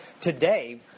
Today